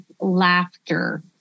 laughter